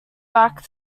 back